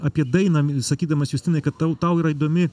apie dainą sakydamas justinai kad tau tau yra įdomi